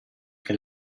che